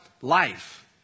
life